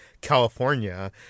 California